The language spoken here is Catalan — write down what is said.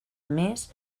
més